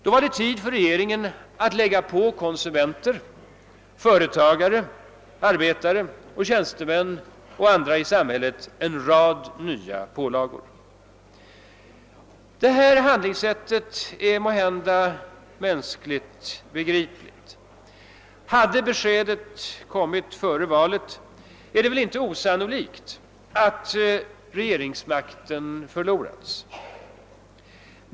Då var det tid för regeringen att lägga på konsumenter, företagare, arbetare, tjänstemän och andra i samhället en rad nya pålagor. Detta handlingssätt är måhända mänskligt begripligt. Hade beskedet kommit före valet är det väl inte osannolikt att regeringsmakten förlorats.